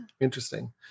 interesting